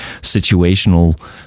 situational